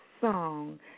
song